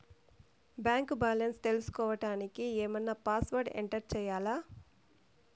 Bank balance తెలుసుకోవడానికి ఏమన్నా password enter చేయాలా?